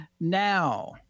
Now